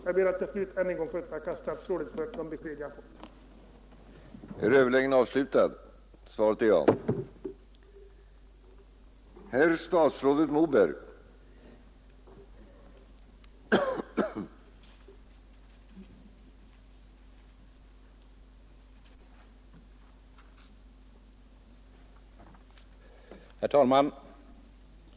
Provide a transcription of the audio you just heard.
Jag ber att än en gång få tacka statsrådet för det svar jag fått.